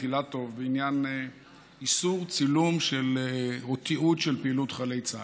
אילטוב בעניין איסור צילום או תיעוד של פעילות חיילי צה"ל.